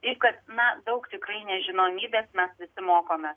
taip kad na daug tikrai nežinomybės mes visi mokomės